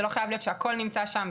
לא חייב להיות שהכל נמצא שם,